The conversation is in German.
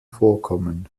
vorkommen